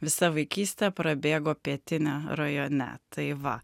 visa vaikystė prabėgo pietinė rajone tai va